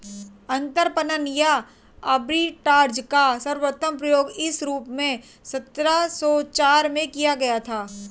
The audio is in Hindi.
अंतरपणन या आर्बिट्राज का सर्वप्रथम प्रयोग इस रूप में सत्रह सौ चार में किया गया था